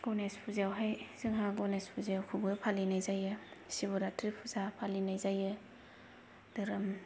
गणेश फुजायावहाय जोंहा गणेश फुजाखौबो फालिनाय जायो शिबरात्रि फुजा फालिनाय जायो धोरोम